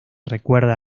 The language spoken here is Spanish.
recuerda